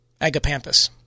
Agapanthus